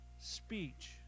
Speech